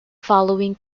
following